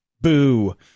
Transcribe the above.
boo